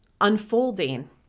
unfolding